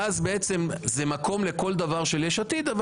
ואז בעצם זה מקום לכל דבר של יש עתיד אבל